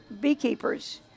beekeepers